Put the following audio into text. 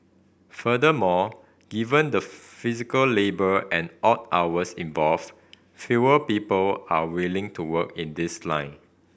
furthermore given the physical labour and odd hours involved fewer people are willing to work in this line